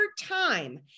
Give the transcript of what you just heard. time